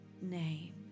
name